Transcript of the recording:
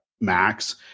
max